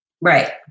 Right